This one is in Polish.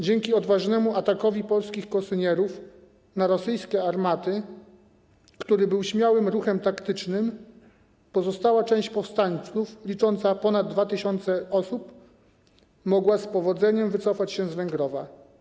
Dzięki odważnemu atakowi polskich kosynierów na rosyjskie armaty, który był śmiałym ruchem taktycznym, pozostała część powstańców, licząca ponad 2 tys. osób, mogła z powodzeniem wycofać się z Węgrowa.